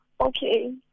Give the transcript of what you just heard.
Okay